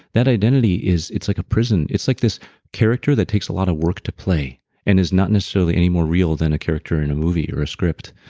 that identity, it's like a prison. it's like this character that takes a lot of work to play and is not necessarily any more real than a character in a movie or a script.